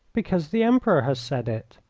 because the emperor has said it.